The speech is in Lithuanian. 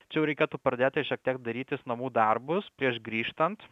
čia jau reikėtų pradėti šiek tiek darytis namų darbus prieš grįžtant